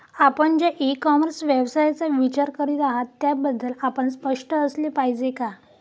आपण ज्या e commerce व्यवसायाचा विचार करीत आहात त्याबद्दल आपण स्पष्ट असले पाहिजे का?